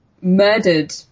murdered